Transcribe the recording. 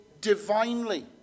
divinely